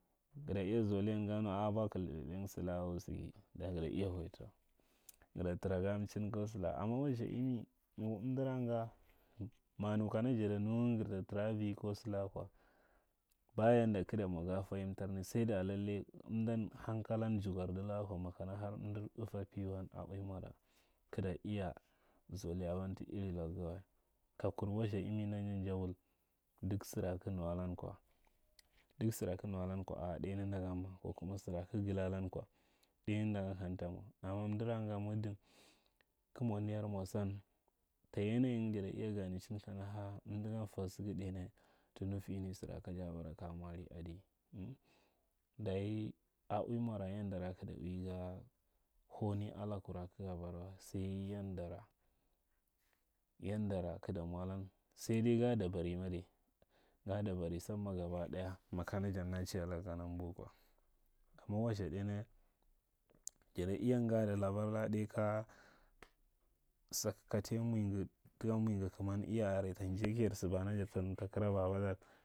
Gada iya zulain ka nu a’a a bwara kaidi sa’in salaka wa sa. Dayi gada iya huyar tara gala tara gam chin ko salaka amma wastha imi, ma amdara nga ma nu kana jada nungan gar ta tara avi, ko salaka kwa, ba yanda kig ta mwa ga fahindani sai da lalle amdan hankalan jugar da la wakwa makana har amdar eva piguan a ui mwa lan gida iya zoliyaban ta iri laku gan wa. Ka kur wastha imi nan, jan ja wul duk sara kig gilaka kwa ɗaini ndan kamta mwa. Amma amdara nga muddin kig mwa niyar mwa san, ta yanaying jada iya gane du ko bah aka fa saga ɗainya ta nuti ni sara kaja bara kaja mwa aria di bay a ui mwa ra yen dara had ui ga ui hauni akwa lacuna ka ga bara wa, sai yandara, sai ga dabari ma dai. Ga dabari san ma gaba ɗaya makana ja nache alak kana mbu kwa. Amma wastha dainya, jada iya ngadi labar laka ɗai saka sa kataya mwiga taka nuwiga kamadar iya are ta njai kajar samana takira babadar…